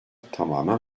tamamen